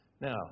Now